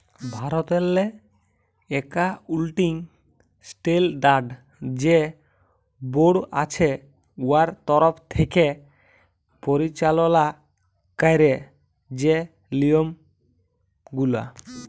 ভারতেরলে accounting standard যে board আছে উয়ার তরফ থ্যাকে পরিচাললা ক্যারে যে লিয়মগুলা